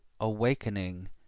awakening